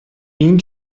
این